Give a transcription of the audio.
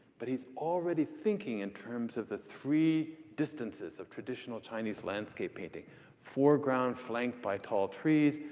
but he's already thinking in terms of the three distances of traditional chinese landscape painting foreground, flanked by tall trees,